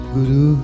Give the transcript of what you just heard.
Guru